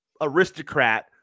aristocrat